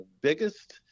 biggest